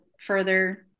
further